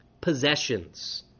possessions